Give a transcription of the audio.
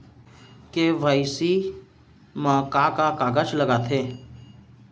KYC मा का का कागज लगथे?